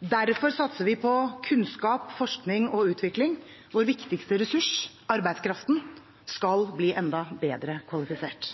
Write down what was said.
Derfor satser vi på kunnskap, forskning og utvikling – vår viktigste ressurs, arbeidskraften, skal bli enda bedre kvalifisert.